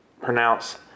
pronounce